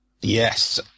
Yes